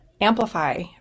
amplify